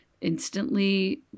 instantly